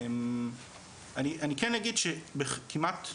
אני כן אגיד שכמעט,